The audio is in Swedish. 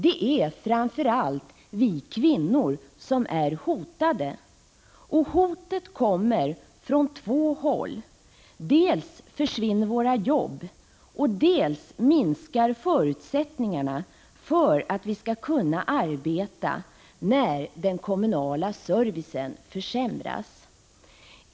Det är framför allt vi kvinnor som är hotade, och hotet kommer från två håll: dels försvinner våra jobb, dels minskar förutsättningarna för att vi skall kunna arbeta när den kommunala servicen försämras.